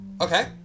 Okay